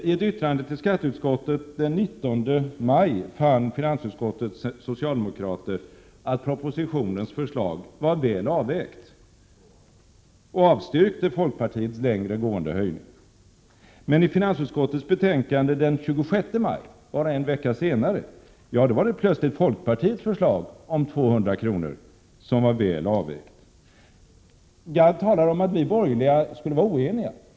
I ett yttrande till skatteutskottet den 19 maj fann finansutskottets socialdemokrater att propositionens förslag var väl avvägt och avstyrkte folkpartiets längre gående höjning. Men i finansutskottets betänkande den 26 maj, bara en vecka senare, var det plötsligt folkpartiets förslag om 200 kr. som var väl avvägt. Gadd talar om att vi borgerliga skulle vara oeniga.